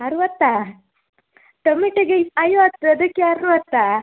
ಅರ್ವತ್ತಾ ಟೊಮೇಟೊಗೆ ಇ ಐವತ್ತು ಅದಕ್ಕೆ ಅರ್ವತ್ತಾ